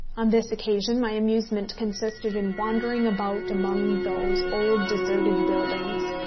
on this occasion my amusement consisted in wandering about among those old deserted buildings,